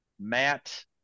Matt